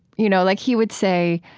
you know, like he would say,